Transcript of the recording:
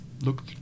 look